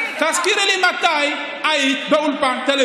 איזה שטויות.